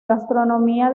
gastronomía